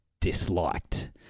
Disliked